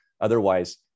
Otherwise